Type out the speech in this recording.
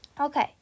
Okay